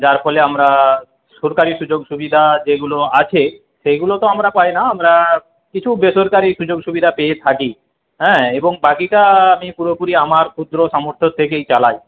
যার ফলে আমরা সরকারি সুযোগ সুবিধা যেগুলো আছে সেইগুলো তো আমরা পাই না আমরা কিছু বেসরকারি সুযোগ সুবিধা পেয়ে থাকি হ্যাঁ এবং বাকিটা আমি পুরোপুরি আমার ক্ষুদ্র সামর্থ্য থেকেই চালাই